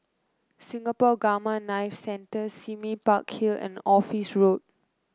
Singapore Gamma Knife Center Sime Park Hill and Office Road